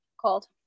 called